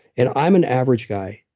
and i'm an average guy.